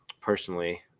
personally